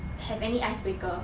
have any icebreaker